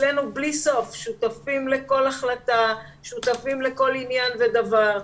אצלנו בלי סוף ושותפים לכל החלטה ולכל עניין ודבר.